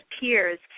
peers